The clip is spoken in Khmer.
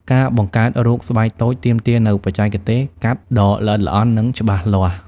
ការបង្កើតរូបស្បែកតូច ទាមទារនូវបច្ចេកទេសកាត់ដ៏ល្អិតល្អន់ និងច្បាស់លាស់។